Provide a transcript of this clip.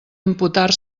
imputar